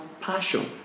passion